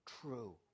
true